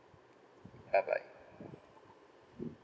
bye bye